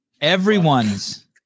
Everyone's